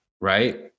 right